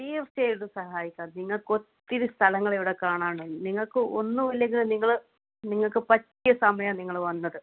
P O സിയുടെ സഹായത്താൽ നിങ്ങൾക്കൊത്തിരി സ്ഥലങ്ങളിവിടെ കാണാനുണ്ട് നിങ്ങൾക്ക് ഒന്നുമില്ലെങ്കിലും നിങ്ങൾ നിങ്ങൾക്ക് പറ്റിയ സമയമാണ് നിങ്ങൾ വന്നത്